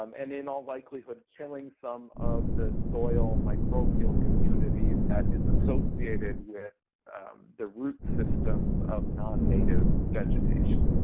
um and in all likelihood killing some of the soil microbial communities that is associated with the root systems of non-native vegetation.